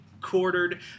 quartered